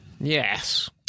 yes